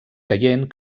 caient